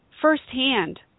firsthand